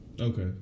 Okay